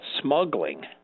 smuggling